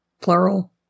plural